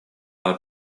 are